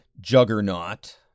juggernaut